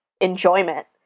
enjoyment